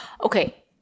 Okay